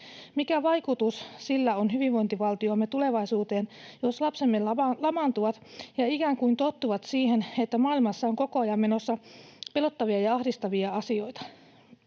Mikä vaikutus sillä on hyvinvointivaltiomme tulevaisuuteen, jos lapsemme lamaantuvat ja ikään kuin tottuvat siihen, että maailmassa on koko ajan menossa pelottavia ja ahdistavia asioita?